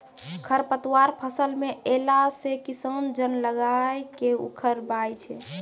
खरपतवार फसल मे अैला से किसान जन लगाय के उखड़बाय छै